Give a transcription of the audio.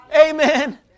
Amen